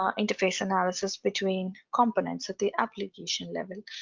um interface analysis between components at the application level.